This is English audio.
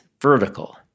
vertical